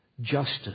justice